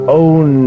own